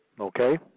Okay